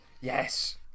Yes